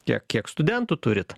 kiek kiek studentų turit